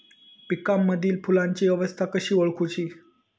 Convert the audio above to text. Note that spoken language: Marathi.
पिकांमदिल फुलांची अवस्था कशी ओळखुची?